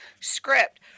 script